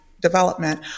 Development